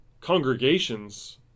Congregations